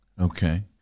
Okay